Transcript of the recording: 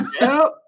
Nope